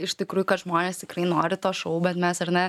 iš tikrųjų kad žmonės tikrai nori to šou bet mes ar ne